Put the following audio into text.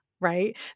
right